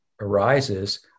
arises